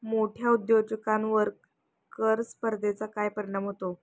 मोठ्या उद्योजकांवर कर स्पर्धेचा काय परिणाम होतो?